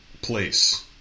place